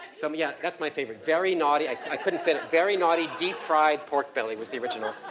so yeah that's my favorite. very naughty, i couldn't fit it, very naughty deep fried pork belly was the original.